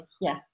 yes